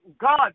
God